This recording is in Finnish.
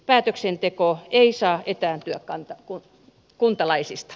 päätöksenteko ei saa etääntyä kuntalaisista